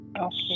Okay